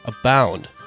abound